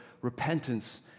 repentance